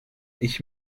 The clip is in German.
ich